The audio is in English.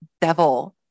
devil